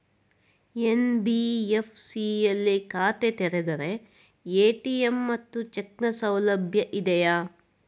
NBFC ಯಲ್ಲಿ ಖಾತೆ ತೆರೆದರೆ ಎ.ಟಿ.ಎಂ ಮತ್ತು ಚೆಕ್ ನ ಸೌಲಭ್ಯ ಇದೆಯಾ?